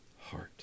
heart